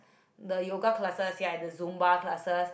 the yoga classes ya and the zumba classes